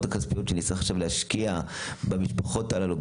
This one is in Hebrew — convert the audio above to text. הכספיות שנצטרך עכשיו להשקיע במשפחות הללו,